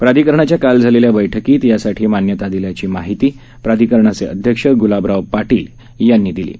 प्राधिकरणाच्या काल झालेल्या बैठकीत यासाठी मान्यता दिल्याची माहिती प्राधिकरणाचे अध्यक्ष ग्लाबराव पाटील यांनी दिली आहे